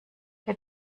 der